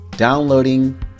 downloading